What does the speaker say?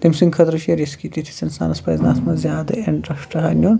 تٔمۍ سٕنٛدِ خٲطرٕ چھُ یہِ رِسکی تِتھِس اِنسانَس پَزِ نہٕ اَتھ منٛز زیادٕ اِنٛٹرسٹاہا نِیُن